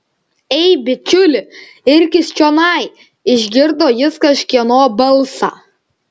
ei bičiuli irkis čionai išgirdo jis kažkieno balsą